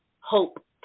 hope